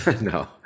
No